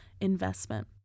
investment